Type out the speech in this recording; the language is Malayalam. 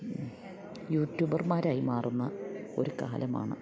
യൂട്യൂബർമാരായി മാറുന്ന ഒരു കാലമാണ്